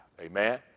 Amen